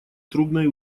трубной